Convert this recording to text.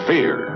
Fear